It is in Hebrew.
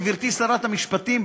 גברתי שרת המשפטים,